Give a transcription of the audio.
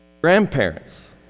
grandparents